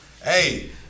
Hey